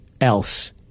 else